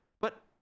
but-